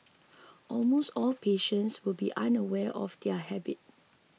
almost all patients will be unaware of their habit